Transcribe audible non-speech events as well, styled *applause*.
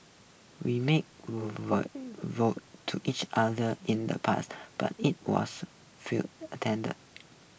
we made *unintelligible* vows to each other in the past but it was a futile attempt